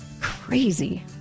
crazy